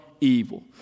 evil